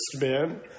man